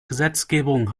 gesetzgebung